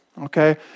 Okay